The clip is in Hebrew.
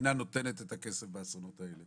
המדינה נותנת את הכסף באסונות האלה.